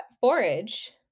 forage